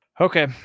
Okay